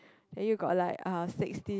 then you got like ah sixteen